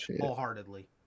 Wholeheartedly